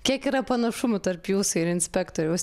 kiek yra panašumų tarp jūsų ir inspektoriaus